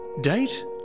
Date